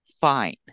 fine